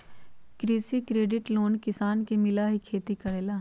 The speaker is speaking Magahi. कृषि क्रेडिट लोन किसान के मिलहई खेती करेला?